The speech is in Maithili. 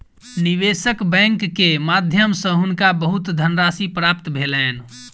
निवेशक बैंक के माध्यम सॅ हुनका बहुत धनराशि प्राप्त भेलैन